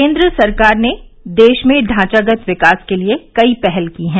केन्द्र सरकार ने देश में ढांचागत विकास के लिए कई पहल की हैं